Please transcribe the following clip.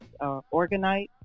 organite